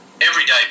everyday